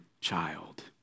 child